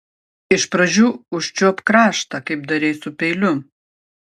iš pradžių užčiuopk kraštą kaip darei su peiliu